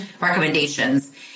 recommendations